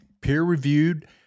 peer-reviewed